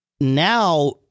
now